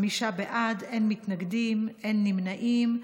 חמישה בעד, אין מתנגדים, אין נמנעים.